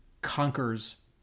conquers